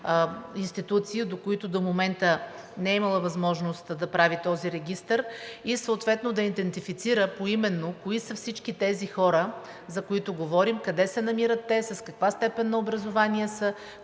институции, до които до момента не е имала възможност да прави този регистър, и съответно да идентифицира поименно кои са всички тези хора, за които говорим, къде се намират те, с каква степен на образование са,